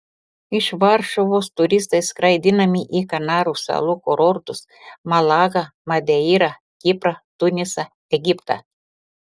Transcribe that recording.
iš varšuvos turistai skraidinami į kanarų salų kurortus malagą madeirą kiprą tunisą egiptą